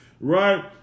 Right